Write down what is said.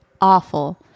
awful